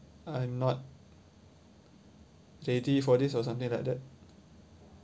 I'm not ready for this or something like that